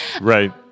Right